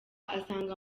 asanga